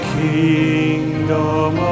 kingdom